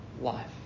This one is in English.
life